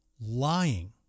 lying